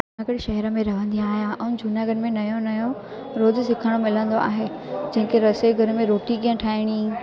जूनागढ़ शहर में रहंदी आहियां ऐं जूनागढ़ में नओं नओं रोज़ु सिखणु मिलंदो आहे जेके रसोईघर में रोटी कीअं ठाहिणी